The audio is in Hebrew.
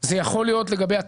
זה יכול להיות לגבי התמסורת.